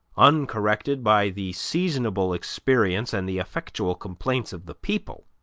uncorrected by the seasonable experience and the effectual complaints of the people,